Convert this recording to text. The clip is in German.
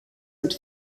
mit